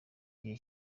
gihe